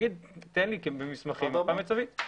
יגיד תן לי במסמכים מפה מצבית.